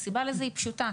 הסיבה לזה היא פשוטה.